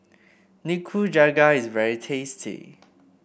nikujaga is very tasty